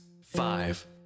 five